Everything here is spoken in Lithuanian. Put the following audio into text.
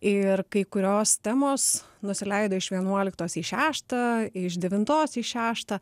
ir kai kurios temos nusileido iš vienuoliktos į šeštą iš devintos į šeštą